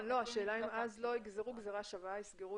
השאלה אם אז לא יגזרו גזרה שווה ויסגרו